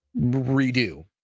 redo